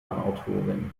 autorin